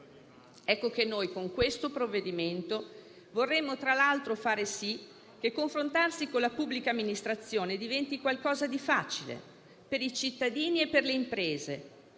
18.000 euro. Con questo provvedimento, vorremmo tra l'altro far sì che confrontarsi con la pubblica amministrazione diventi qualcosa di facile per i cittadini e le imprese,